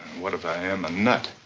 what if i am a nut?